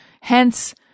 Hence